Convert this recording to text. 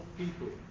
people